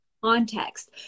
context